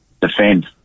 defend